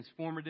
transformative